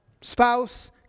spouse